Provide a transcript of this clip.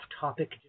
topic